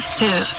two